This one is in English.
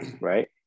right